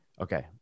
Okay